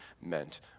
meant